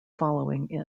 following